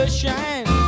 shine